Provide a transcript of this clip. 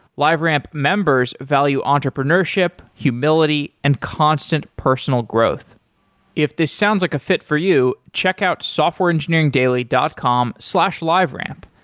liveramp members value entrepreneurship, humility and constant personal growth if this sounds like a fit for you, check out softwareengineeringdaily dot com slash liveramp.